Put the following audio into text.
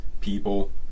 people